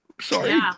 sorry